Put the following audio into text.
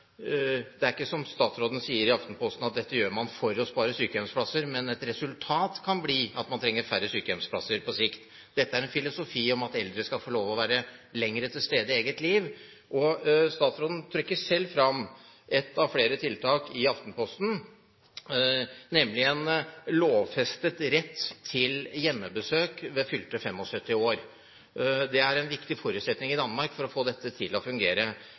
Det er viktig å si at det ikke er som statsråden sier i Aftenposten, at man gjør dette for å spare sykehjemsplasser, men et resultat kan bli at man trenger færre sykehjemsplasser på sikt. Dette er en filosofi om at eldre skal få lov til å være lenger til stede i eget liv. Statsråden trekker selv fram ett av flere tiltak i Aftenposten, nemlig en lovfestet rett til hjemmebesøk ved fylte 75 år. Det er en viktig forutsetning i Danmark for å få dette til å fungere.